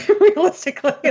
realistically